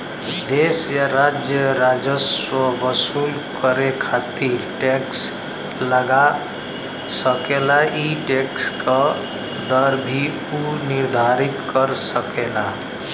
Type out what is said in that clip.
देश या राज्य राजस्व वसूल करे खातिर टैक्स लगा सकेला ई टैक्स क दर भी उ निर्धारित कर सकेला